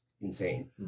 insane